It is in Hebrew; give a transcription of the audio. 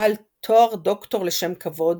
בעל תואר דוקטור לשם כבוד